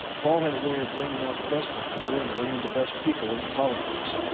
paul had a way of bringing out the best in people and bringing the best people into politics.